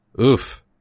Oof